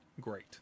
great